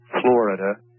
Florida